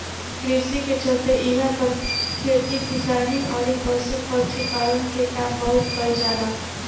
कृषि के चलते इहां पर खेती किसानी अउरी पशु पक्षी पालन के काम बहुत कईल जाला